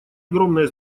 огромное